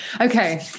okay